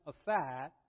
aside